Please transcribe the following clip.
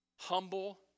humble